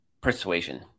persuasion